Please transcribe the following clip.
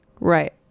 Right